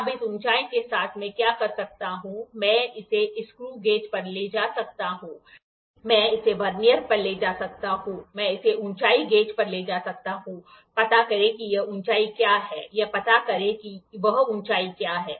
अब इस ऊंचाई के साथ मैं क्या कर सकता हूं मैं इसे एक स्क्रू गेज पर ले जा सकता हूं मैं इसे वर्नियर पर ले जा सकता हूं मैं इसे ऊंचाई गेज पर ले जा सकता हूं पता करें कि यह ऊंचाई क्या है यह पता करें कि वह ऊंचाई क्या है